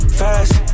fast